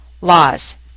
laws